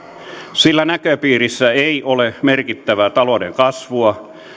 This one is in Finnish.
sillä näköpiirissä ei ole merkittävää talouden kasvua